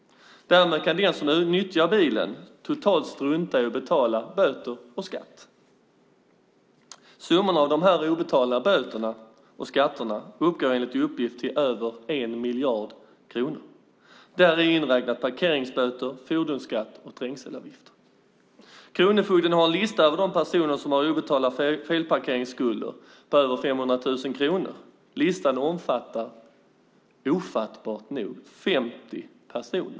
Därmed kan den som nyttjar bilen totalt strunta i att betala böter och skatt. Summorna av dessa obetalda böter och skatter uppgår enligt uppgift till över 1 miljard kronor, däri inräknat parkeringsböter, fordonsskatt och trängselavgifter. Kronofogden har en lista över de personer som har obetalda felparkeringsskulder på över 500 000 kronor. Listan omfattar ofattbart nog 50 personer.